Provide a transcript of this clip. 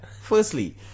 firstly